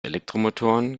elektromotoren